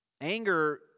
Anger